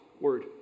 word